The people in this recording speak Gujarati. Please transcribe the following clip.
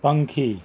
પંખી